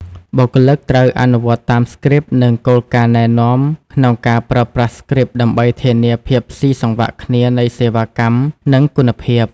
បុគ្គលិក ត្រូវអនុវត្តតាម Scripts និងគោលការណ៍ណែនាំក្នុងការប្រើប្រាស់ Scripts ដើម្បីធានាភាពស៊ីសង្វាក់គ្នានៃសេវាកម្ម និងគុណភាព។